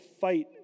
fight